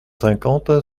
cinquante